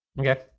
Okay